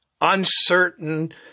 uncertain